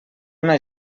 una